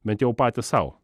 bent jau patys sau